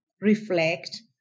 reflect